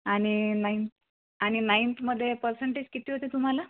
आणि नाइन आणि नाइंथमध्ये परसेंटेज किती होते तुम्हाला